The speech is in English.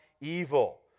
evil